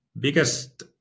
Biggest